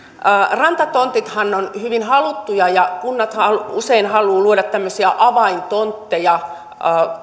rantatontithan ovat hyvin haluttuja ja kunnathan usein haluavat luoda tämmöisiä avaintontteja